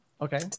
okay